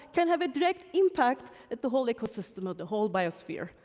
can have a direct impact at the whole ecosystem of the whole biosphere.